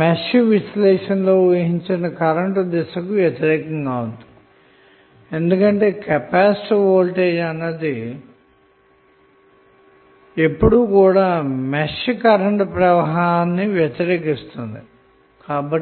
mesh విశ్లేషణలో ఊహించిన current దిశ కి వ్యతిరేకంగా ఉంది ఎందుకంటే కెపాసిటర్ వోల్టేజ్ అన్నది ఎప్పుడు కూడా మెష్ కరెంట్ ప్రవాహాన్ని వ్యతిరేకిస్తుంది కాబట్టి